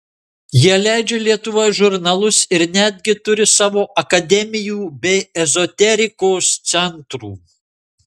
jie leidžia lietuvoje žurnalus ir netgi turi savo akademijų bei ezoterikos centrų